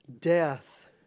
Death